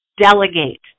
delegate